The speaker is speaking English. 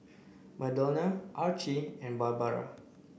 Madonna Archie and Barbara